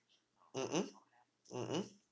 mmhmm mmhmm